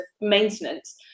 maintenance